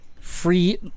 free